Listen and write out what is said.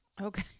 Okay